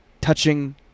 touching